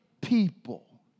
people